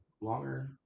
Longer